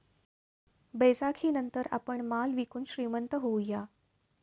बैसाखीनंतर आपण माल विकून श्रीमंत होऊया